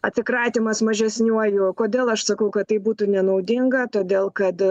atsikratymas mažesniuoju kodėl aš sakau kad tai būtų nenaudinga todėl kad